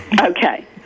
Okay